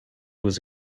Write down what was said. was